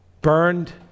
Burned